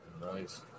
nice